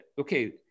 okay